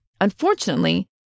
Unfortunately